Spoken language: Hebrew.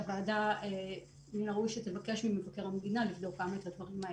שהוועדה מן הראוי שתבקש ממבקר המדינה לבדוק גם את הדברים האלה.